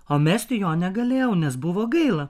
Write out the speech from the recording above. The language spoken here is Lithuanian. o mesti jo negalėjau nes buvo gaila